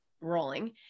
rolling